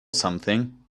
something